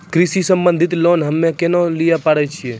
कृषि संबंधित लोन हम्मय केना लिये पारे छियै?